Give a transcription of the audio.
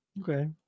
Okay